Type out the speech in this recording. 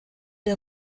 der